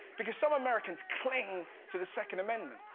because some americans cling to the second amendment,